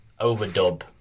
overdub